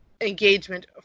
engagement